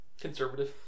Conservative